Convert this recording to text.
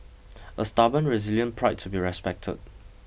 a stubborn resilient pride to be respected